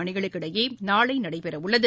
அணிகளுக்கு இடையே நாளை நடைபெற உள்ளது